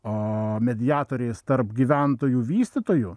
a mediatoriais tarp gyventojų vystytojų